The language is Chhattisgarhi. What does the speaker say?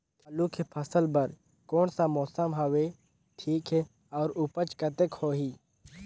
आलू के फसल बर कोन सा मौसम हवे ठीक हे अउर ऊपज कतेक होही?